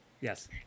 Yes